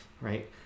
right